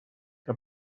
que